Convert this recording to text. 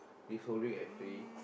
this whole week I free